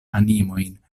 animojn